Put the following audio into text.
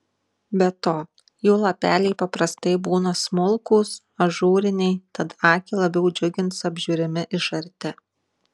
be to jų lapeliai paprastai būna smulkūs ažūriniai tad akį labiau džiugins apžiūrimi iš arti